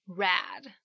rad